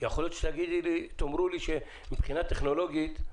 יכול להיות שמבחינה טכנולוגית,